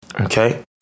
Okay